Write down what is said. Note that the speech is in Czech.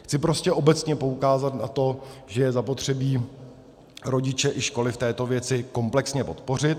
Chci prostě obecně poukázat na to, že je zapotřebí rodiče i školy v této věci komplexně podpořit.